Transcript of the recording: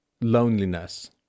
loneliness